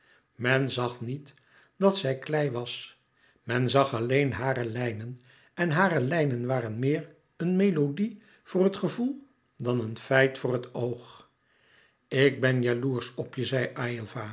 men zag niet dat zij klei was men zag alleen hare lijnen en hare lijnen waren meer louis couperus metamorfoze een melodie voor het gevoel dan een feit voor het oog ik ben jaloersch op je zei